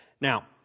Now